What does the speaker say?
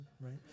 right